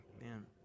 man